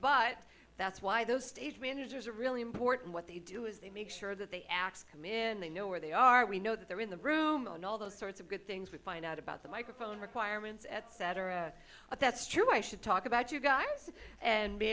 but that's why those stage managers are really important what they do is they make sure that the acts come in they know where they are we know that they're in the room and all those sorts of good things we find out about the microphone requirements etc but that's true i should talk about you guys and be